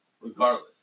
Regardless